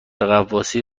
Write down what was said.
غواصی